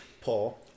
Paul